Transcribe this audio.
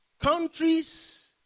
countries